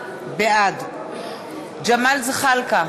בעד ג'מאל זחאלקה,